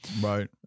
Right